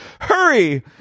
Hurry